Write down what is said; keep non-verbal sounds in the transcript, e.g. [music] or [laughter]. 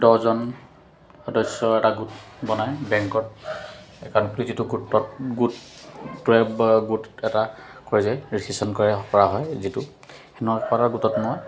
দহজন সদস্যৰ এটা গোট বনায় বেংকত একাউণ্ট যিটো গোটত গুট [unintelligible] গোট এটা কৰি যায় [unintelligible] কৰে কৰা হয় যিটো তেনেকুৱা এটা গোটত মই